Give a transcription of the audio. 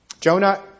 Jonah